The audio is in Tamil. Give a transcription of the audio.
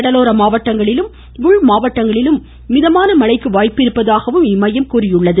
கடலோர மாவட்டங்களிலும் உள் மாவட்டங்களிலும் மிதமான மழைக்கு வாய்ப்பிருப்பதாக இம்மையம் கூறியுள்ளது